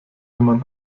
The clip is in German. man